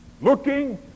Looking